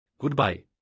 Goodbye